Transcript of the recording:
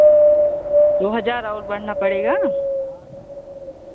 दो हज़ार और बढ़ना पड़ेगा